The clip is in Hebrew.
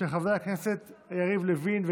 אין נמנעים.